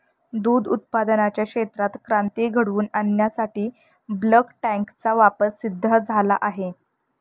दूध उत्पादनाच्या क्षेत्रात क्रांती घडवून आणण्यासाठी बल्क टँकचा वापर सिद्ध झाला आहे